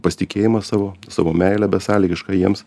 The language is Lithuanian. pasitikėjimą savo savo meilą besąlygišką jiems